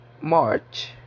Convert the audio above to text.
March